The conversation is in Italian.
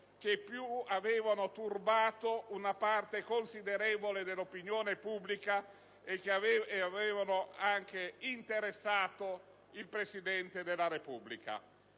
che avevano turbato una parte considerevole dell'opinione pubblica e che avevano interessato lo stesso Presidente della Repubblica.